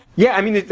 yeah. i mean,